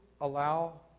allow